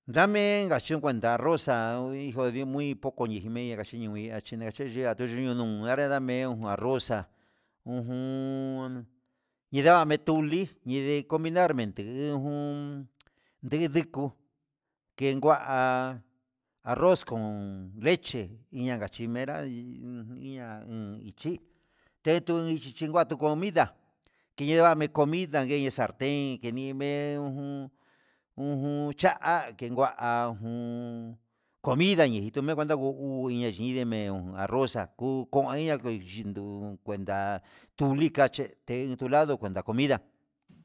Ndamen ngachun kuanda rosa hijo ndiume ijimeya kachino hí achino jache yee ya'a tunuñuu yuu ngareda me njun arroz xa'a ujun yinda metuli inde comindar mente hí jun ndidikuu en ngua arroz con leche iña ngachimera iha un ichí entun ndichi ngua kun comida tiñami comida ngueñi salten ujun ujun chá a ngua jun comida njiche nejitome kuenta ngugu hu naxhindeme arroz ju koniya nju, ichindu kuenta tuli kacheté identuladi kuenta comida.